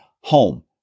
home